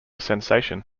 sensation